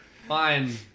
fine